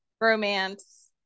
romance